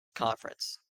conference